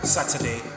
Saturday